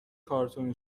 کارتن